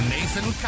Nathan